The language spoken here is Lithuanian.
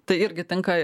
tai irgi tenka